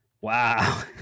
Wow